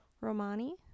Romani